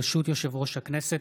ברשות יושב-ראש הכנסת,